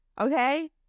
okay